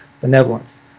benevolence